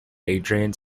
adrian